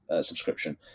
subscription